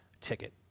ticket